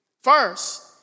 First